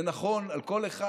זה נכון על כל אחד,